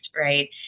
right